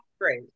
great